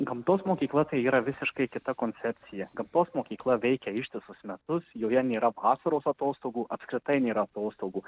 gamtos mokykla tai yra visiškai kita koncepcija gamtos mokykla veikia ištisus metus joje nėra vasaros atostogų apskritai nėra atostogų